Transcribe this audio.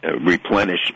replenish